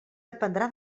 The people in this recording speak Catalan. dependrà